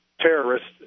terrorists